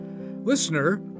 Listener